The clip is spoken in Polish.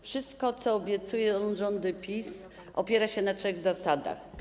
Wszystko, co obiecują rządy PiS, opiera się na trzech zasadach.